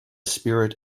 spirit